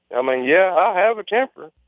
i mean, yeah, i have a temper.